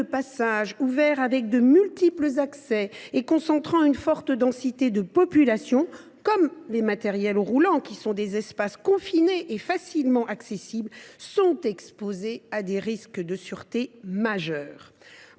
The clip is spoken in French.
passages ouverts, dotés de multiples accès et concentrant une forte densité de population, comme les matériels roulants, espaces confinés et facilement accessibles, sont exposés à des risques de sûreté majeurs.